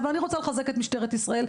אבל אני רוצה לחזק את משטרת ישראל.